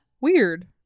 weird